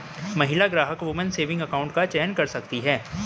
महिला ग्राहक woman saving account का चयन कर सकती है